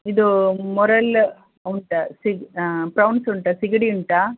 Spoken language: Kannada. ಇದೂ ಮೂರಲ್ ಉಂಟಾ ಸಿಗ್ ಪ್ರೌನ್ಸ್ ಉಂಟಾ ಸಿಗಡಿ ಉಂಟಾ